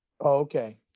okay